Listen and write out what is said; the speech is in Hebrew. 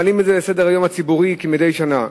מעלים את זה על סדר-היום הציבורי כמדי שנה,